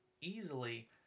easily